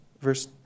Verse